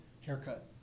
haircut